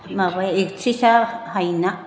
माबा एक्ट्रिसा हायना